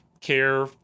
care